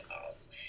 calls